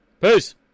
Peace